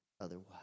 otherwise